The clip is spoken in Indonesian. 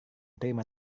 terima